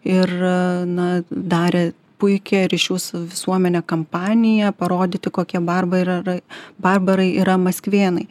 ir na darė puikią ryšių su visuomene kampaniją parodyti kokie barbarai barbarai yra maskvėnai